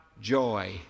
joy